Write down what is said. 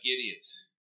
idiots